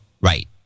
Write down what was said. Right